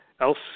else